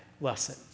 lesson